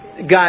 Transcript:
got